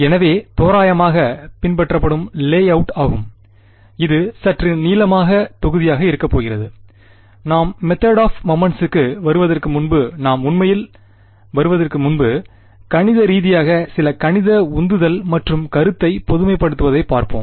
எனவே தோராயமாக பின்பற்றப்படும் லேஅவுட் ஆகும் இது சற்று நீளமான தொகுதியாக இருக்கப்போகிறது நாம் மெதேட் ஆப் மொமெண்ட்ஸ்கு வருவதற்கு முன்பு நாம் உண்மையில் வருவதற்கு முன்பு கணித ரீதியாக சில கணித உந்துதல் மற்றும் கருத்தை பொதுமைப்படுத்துவதைப் பார்ப்போம்